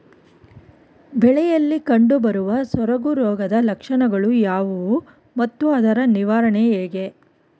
ಬೆಳೆಯಲ್ಲಿ ಕಂಡುಬರುವ ಸೊರಗು ರೋಗದ ಲಕ್ಷಣಗಳು ಯಾವುವು ಮತ್ತು ಅದರ ನಿವಾರಣೆ ಹೇಗೆ?